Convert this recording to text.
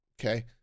okay